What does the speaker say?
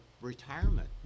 retirement